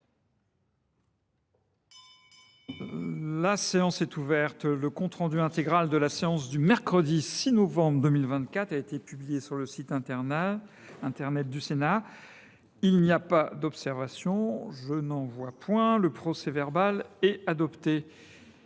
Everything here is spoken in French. La séance est ouverte. Le compte rendu intégral de la séance du mercredi 6 novembre 2024 a été publié sur le site internet du Sénat. Il n’y a pas d’observation ?… Le procès verbal est adopté.